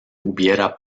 hubiera